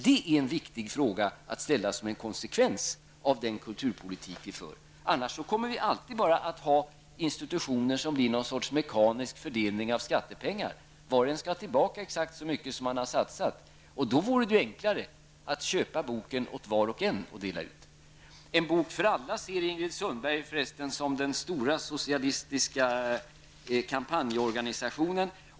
Det är viktigt att ställa dessa frågor, som en konsekvens av den kulturpolitik som förs. Annars kommer vi alltid att ha institutioner som blir ett slags mekanisk fördelning av skattepengar -- var och en skall ha tillbaka exakt vad vederbörande har satsat. Men då vore det enklare att dela ut en bok till var och en. Inger Sundberg ser detta med En bok för alla som en stor socialistisk kampanjorganisation.